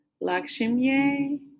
Lakshmi